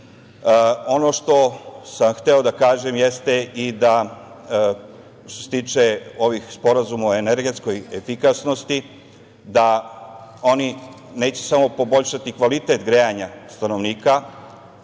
što sam hteo da kažem jeste i da, što se tiče ovih sporazuma o energetskoj efikasnosti, da oni neće samo poboljšati kvalitet grejanja stanovnika,